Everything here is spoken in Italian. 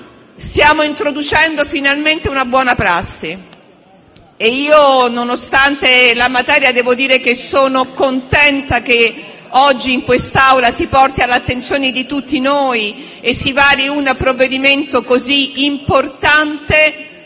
Stiamo introducendo, finalmente, una buona prassi. Nonostante la materia, devo dire che sono contenta che oggi in quest'Assemblea venga portato all'attenzione di tutti noi e si vari un provvedimento così importante